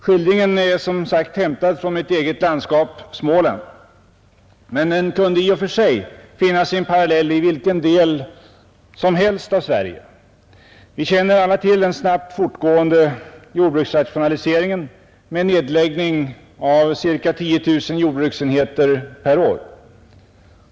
Skildringen är som sagt hämtad från mitt eget landskap — Småland. Men den kunde i och för sig finna sin parallell i vilken del som helst av Sverige. Vi känner alla till den snabbt fortgående jordbruksrationaliseringen med nedläggning av ca 10 000 jordbruksenheter per år.